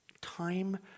time